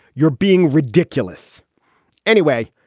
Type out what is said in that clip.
you're being ridiculous anyway.